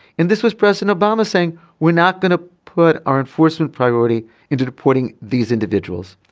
and this was president obama saying we're not going to put our enforcement priority into deporting these individuals.